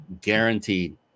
guaranteed